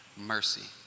Mercy